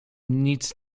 nic